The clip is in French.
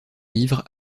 livres